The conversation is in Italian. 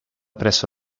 presso